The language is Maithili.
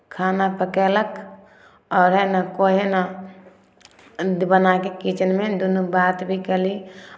खाना पकयलक आओर हइ ने कोइ हइ ने बना कऽ किचनमे दुनू बात भी कयली